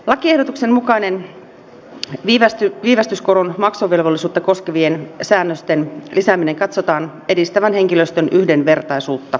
lakiehdotuksen mukaisten viivästyskoron maksuvelvollisuutta koskevien säännösten lisäämisen katsotaan edistävän henkilöstön yhdenvertaisuutta